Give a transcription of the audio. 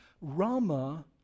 Rama